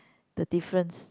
the difference